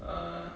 (uh huh)